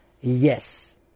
Yes